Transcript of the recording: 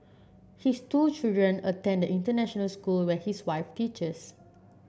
his two children attend the international school where his wife teaches